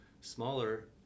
smaller